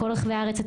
בכל רחבי הארץ.